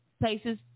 places